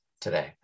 today